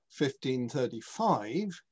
1535